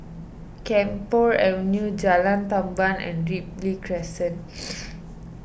Camphor Avenue Jalan Tamban and Ripley Crescent